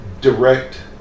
direct